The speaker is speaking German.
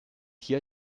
hier